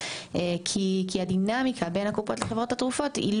כי הדינמיקה בין הקופות לחברות התרופות לא